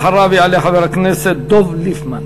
אחריו יעלה חבר הכנסת דב ליפמן,